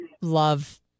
love